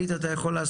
מה אתה צריך?